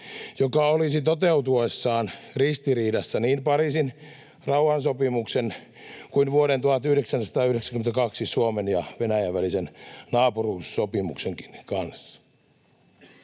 joka olisi toteutuessaan ristiriidassa niin Pariisin rauhansopimuksen kuin vuoden 1992 Suomen ja Venäjän välisen naapuruussopimuksenkin kanssa.